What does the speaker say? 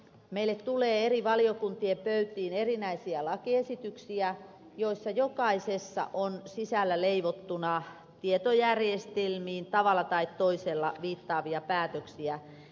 meille tulee eri valiokuntien pöytiin erinäisiä lakiesityksiä joissa jokaisessa on sisällä leivottuna tietojärjestelmiin tavalla tai toisella viittaavia päätöksiä